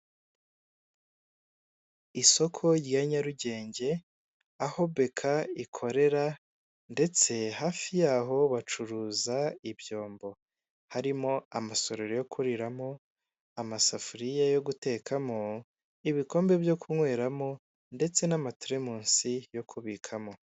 Isoko rya Nyarugenge aho beka ikorera ndetse hafi yaho bacuruza ibyombo, harimo amasorori yo yo kuriramo, amasafuriya yo gutekamo, ibikombe byo kunyweramo, ndetse n'amaterimusi yo kubikamo.